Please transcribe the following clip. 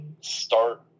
start